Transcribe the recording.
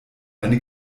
eine